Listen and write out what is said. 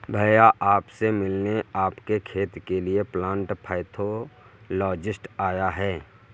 भैया आप से मिलने आपके खेत के लिए प्लांट पैथोलॉजिस्ट आया है